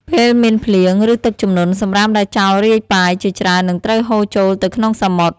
ពេលមានភ្លៀង ឬទឹកជំនន់ សំរាមដែលចោលរាយប៉ាយជាច្រើននឹងត្រូវហូរចូលទៅក្នុងសមុទ្រ។